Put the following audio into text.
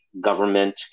government